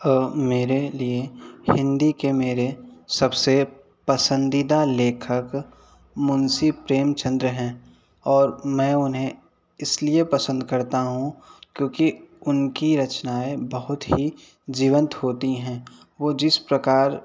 मेरे लिए हिन्दी के मेरे सबसे पसंदीदा लेखक मुंशी प्रेमचंद हैं और मैं उन्हें इसलिए पसंद करता हूँ क्योंकि उनकी रचनाएँ बहुत ही जीवंत होती हैं वह जिस प्रकार